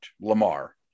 Lamar